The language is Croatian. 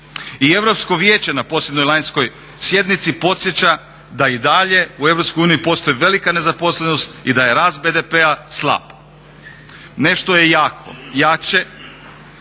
I Europsko vijeće na posljednjoj lanjskoj sjednici podsjeća da i dalje u EU postoji velika nezaposlenost i da je rast BDP-a slab. Nešto je jako, jače